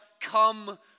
come